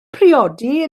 priodi